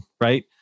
right